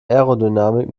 aerodynamik